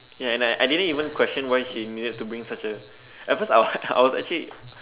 yeah and I I didn't even question why she needed to bring such a at first I was I was actually